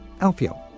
Alfio